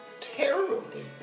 terribly